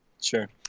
Sure